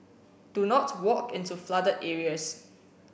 do not walk into flooded areas